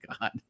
God